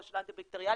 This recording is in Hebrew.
או של אנטי בקטריאלית,